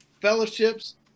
fellowships